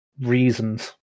reasons